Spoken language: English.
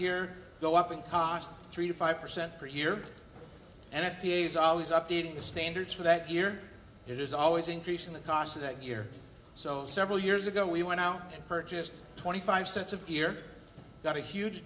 here go up in cost three to five percent per year and f d a is always updating the standards for that year it is always increasing the cost of that year so several years ago we went out and purchased twenty five sets of here got a huge